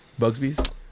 Bugsby's